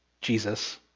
Jesus